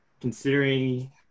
considering –